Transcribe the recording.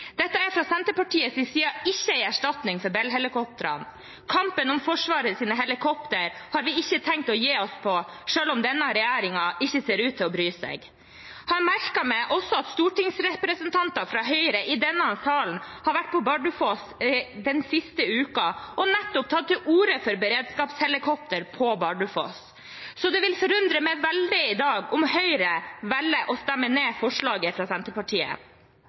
dette lager et stort beredskapshull i Nord-Norge. Derfor fremmer Senterpartiet i dag et forslag om å etablere permanent redningshelikopterberedskap i Troms med base på Bardufoss. Det er fra Senterpartiets side ikke en erstatning for Bell-helikoptrene. Kampen om Forsvarets helikopter har vi ikke tenkt å gi oss på, selv om denne regjeringen ikke ser ut til å bry seg. Jeg har også merket meg at stortingsrepresentanter fra Høyre i denne salen har vært på Bardufoss den siste uken og nettopp tatt til orde for beredskapshelikopter på Bardufoss. Det vil forundre